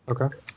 okay